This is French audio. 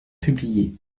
publié